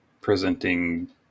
presenting